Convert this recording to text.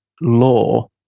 law